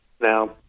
Now